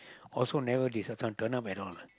also never this one turn turn up at all ah